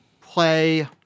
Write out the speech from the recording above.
play